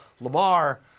Lamar